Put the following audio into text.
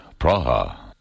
Praha